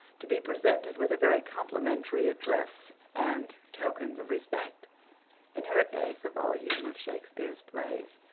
to be presented with a very complimentary address and tokens of respect in her case a volume of shakespeare's plays,